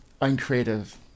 uncreative